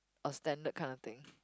a standard kind of thing